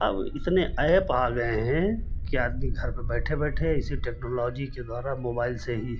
अब इतने ऐप आ गए हैं कि आदमी घर पे बैठे बैठे इसी टेक्नोलॉजी के द्वारा मोबाइल से ही